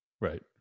Right